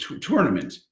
tournament